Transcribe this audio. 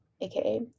aka